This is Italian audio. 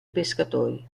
pescatori